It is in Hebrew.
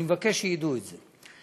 אני מבקש שידעו את זה.